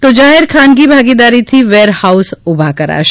ં જાહેર ખાનગી ભાગીદારીથી વેર હાઉસ ઊભા કરાશે